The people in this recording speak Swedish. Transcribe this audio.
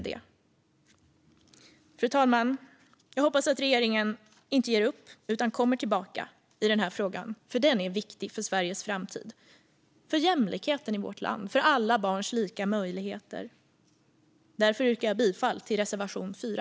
Fru talman! Jag hoppas att regeringen inte ger upp utan kommer tillbaka i den här frågan, för den är viktig för Sveriges framtid, för jämlikheten i vårt land och för alla barns lika möjligheter. Därför yrkar jag bifall till reservation 4.